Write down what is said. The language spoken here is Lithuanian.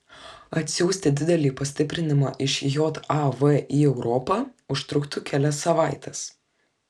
atsiųsti didelį pastiprinimą iš jav į europą užtruktų kelias savaites